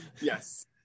yes